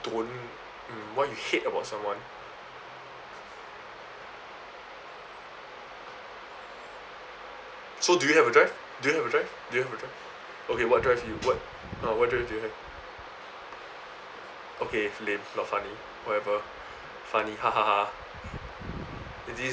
don't mm why you hate about someone so do you have a drive do you have a drive do you have a drive okay what drives you what ah what drives do you have okay lame not funny whatever funny ha ha ha this is